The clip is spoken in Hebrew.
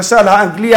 למשל האנגלי,